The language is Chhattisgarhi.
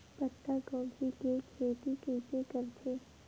पत्तागोभी के खेती कइसे करथे?